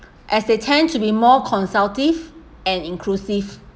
as they tend to be more consultative and inclusive